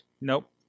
Nope